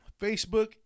facebook